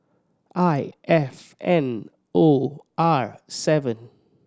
I F N O R seven